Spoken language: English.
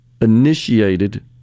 initiated